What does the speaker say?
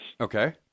Okay